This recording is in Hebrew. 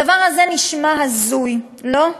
הדבר הזה נשמע הזוי, לא?